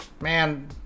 Man